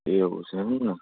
એવું છે એમ ને